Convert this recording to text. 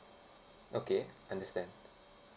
okay understand